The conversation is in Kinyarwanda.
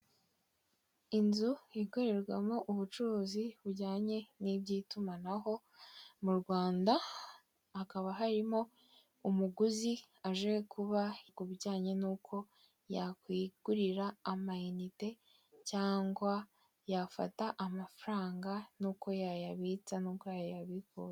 Inzu ikorerwamo ubucuruzi bujyanye n'iby'itumanaho mu Rwanda hakaba harimo umuguzi aje kuba ku bijyanye n'uko yakwigurira amanite cyangwa yafata amafaranga n'uko yayabitsa nubwo a yayabivuga.